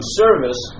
service